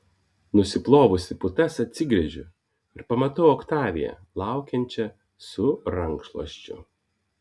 nusiplovusi putas atsigręžiu ir pamatau oktaviją laukiančią su rankšluosčiu